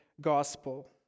Gospel